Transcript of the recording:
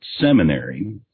seminary